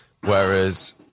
whereas